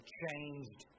changed